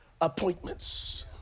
appointments